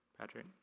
Patrick